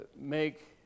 make